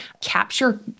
capture